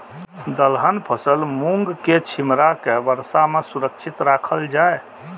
दलहन फसल मूँग के छिमरा के वर्षा में सुरक्षित राखल जाय?